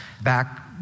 back